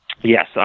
Yes